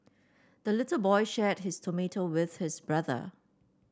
the little boy shared his tomato with his brother